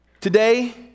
Today